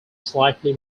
slightly